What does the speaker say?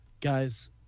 guys